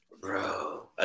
Bro